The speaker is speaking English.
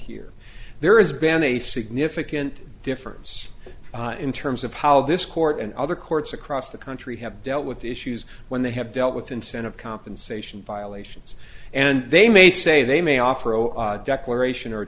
here there is been a significant difference in terms of how this court and other courts across the country have dealt with issues when they have dealt with incentive compensation violations and they may say they may offer a declaration or